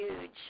huge